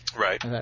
Right